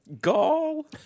Gall